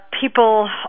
people